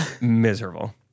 miserable